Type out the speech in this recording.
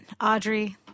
Audrey